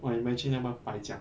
!wah! imagine 他们白讲